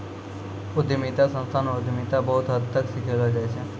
उद्यमिता संस्थान म उद्यमिता बहुत हद तक सिखैलो जाय छै